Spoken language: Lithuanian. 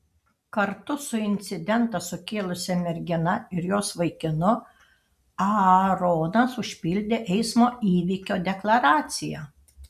kartu su incidentą sukėlusia mergina ir jos vaikinu aaronas užpildė eismo įvykio deklaraciją